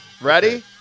Ready